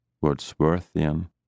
Wordsworthian